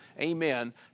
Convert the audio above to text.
amen